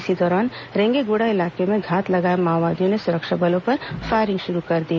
इस दौरान रेंगेगुड़ा इलाके में घात लगाए माओवादियों ने सुरक्षा बलों पर फायरिंग शुरू कर दी